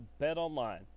BetOnline